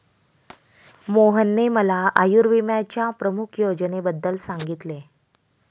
मोहनने मला आयुर्विम्याच्या प्रमुख योजनेबद्दल सांगितले